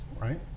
right